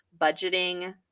budgeting